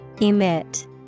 Emit